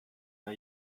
are